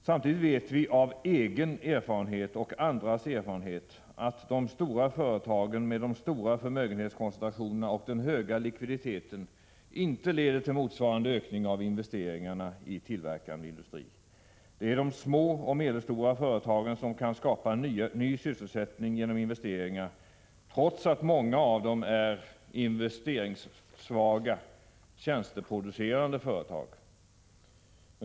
Samtidigt vet vi av egen erfarenhet och andras erfarenhet att de stora företagen med de stora förmögenhetskoncentrationerna och den höga likviditeten inte svarar för motsvarande ökning av investeringarna i tillverkande industri. Det är de små och medelstora företagen som kan skapa ny sysselsättning genom investeringar, trots att många av dem är investeringssvaga tjänsteproducerande företag.